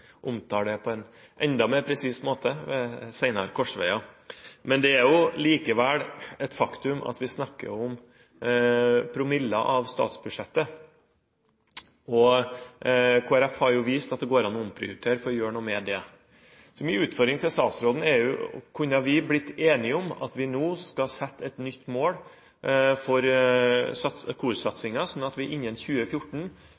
omtale det på en enda mer presis måte ved senere korsveier. Men det er likevel et faktum at vi snakker om promiller av statsbudsjettet, og Kristelig Folkeparti har vist at det går an å omprioritere for å gjøre noe med det. Min utfordring til statsråden er: Kunne vi blitt enige om at vi nå skal sette oss et nytt mål for